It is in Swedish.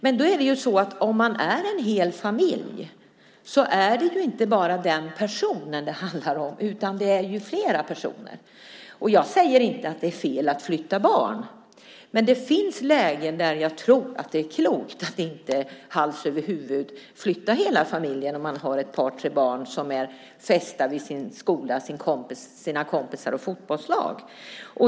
Men om det gäller en hel familj är det ju inte bara en person det handlar om, utan det handlar om flera personer. Jag säger inte att det är fel att flytta barn. Men det finns lägen där det är klokt, tror jag, att inte hals över huvud flytta hela familjen. Kanske har man ett par tre barn som är fästa vid sin skola, vid sina kompisar och vid sitt fotbollslag.